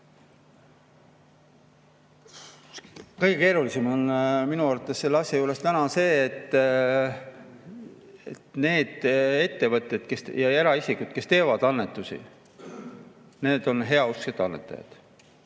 Kõige keerulisem on minu arvates selle asja juures see, et need ettevõtted ja eraisikud, kes teevad annetusi, on heausksed annetajad.